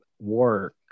work